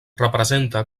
representa